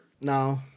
No